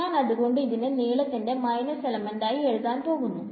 ഞാൻ അതുകൊണ്ട് ഇതിനെ നീളത്തിന്റെ മൈനസ് എലമെന്റ് ആയി എഴുതാൻ പോകുന്നു